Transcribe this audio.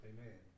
Amen